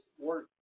work